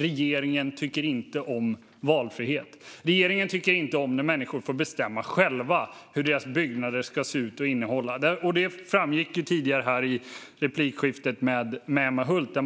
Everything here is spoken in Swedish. Regeringen tycker inte om valfrihet. Regeringen tycker inte om när människor får bestämma själva hur deras byggnader ska se ut och vad de ska innehålla. Det framgick tidigare i replikskiftet med Emma Hult.